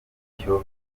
ntacyo